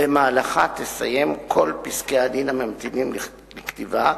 שבמהלכה היא תסיים כל פסקי-הדין הממתינים לכתיבה,